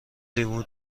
لیمو